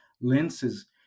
lenses